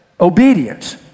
obedience